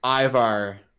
Ivar